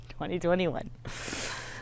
2021